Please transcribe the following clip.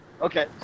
Okay